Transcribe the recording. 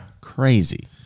crazy